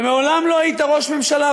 ומעולם לא היית ראש ממשלה,